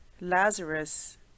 Lazarus